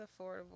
affordable